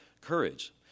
courage